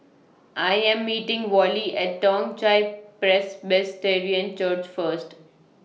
I Am meeting Vollie At Toong Chai Presbyterian and Church First